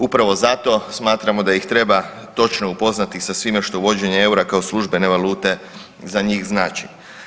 Upravo zato smatramo da ih treba točno upoznati sa svime što uvođenje EUR-a kao službene valute za njih znači.